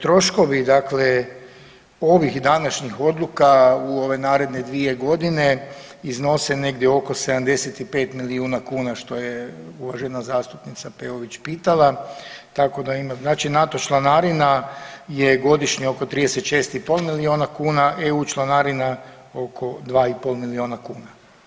Troškovi dakle ovih današnjih odluka u ove naredne 2 godine, iznose negdje oko 75 milijuna kuna, što je uvažena zastupnica Peović pitala, tako da ima, znači NATO članarina je godišnje oko 36,5 milijuna kuna, EU članarina oko 2,5 milijuna kuna.